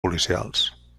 policials